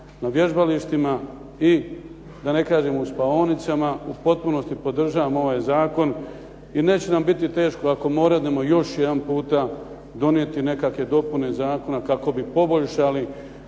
na vježbalištima i da ne kažem u spavaonicama, u potpunosti podržavam ovaj zakon i neće nam biti teško ako moradnemo još jedan puta donijeti nekakve dopune zakona kako bi poboljšali